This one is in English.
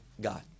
god